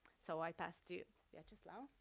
so i pass to viacheslav. okay,